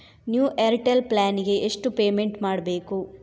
New Airtel plan ಗೆ ಎಷ್ಟು payment ಮಾಡ್ಬೇಕು?